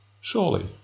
surely